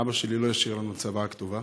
אבא שלי לא השאיר לנו צוואה כתובה,